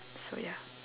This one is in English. so ya